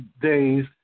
days